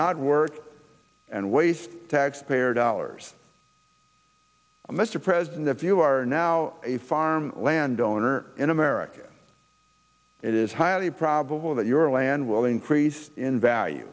not work and waste taxpayer dollars mr president if you are now a farm land owner in america it is highly probable that your land will increase in value